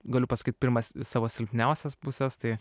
galiu pasakyt pirmas savo silpniausias puses tai